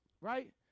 right